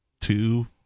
two